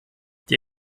die